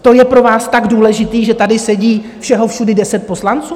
To je pro vás tak důležité, že tady sedí všeho všudy deset poslanců?